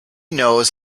knows